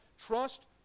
Trust